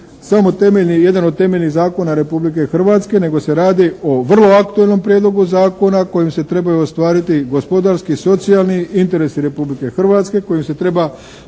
samo temeljni ili jedan od temeljnih zakona Republike Hrvatske nego se radi o vrlo aktualnom Prijedlogu zakona kojim se trebaju ostvariti gospodarski, socijalni interesi Republike Hrvatske. Kojim se treba